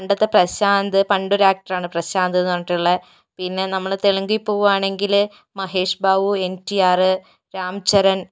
പണ്ടത്തെ പ്രശാന്ത് പണ്ടൊരു ആക്ടറാണ് പ്രശാന്ത് എന്ന് പറഞ്ഞിട്ടുള്ളത് പിന്നെ നമ്മൾ തെലുങ്കിൽ പോവുകയാണെങ്കിൽ Mahesh Babu N T R Ram Charan